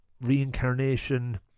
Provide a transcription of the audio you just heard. reincarnation